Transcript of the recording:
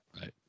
Right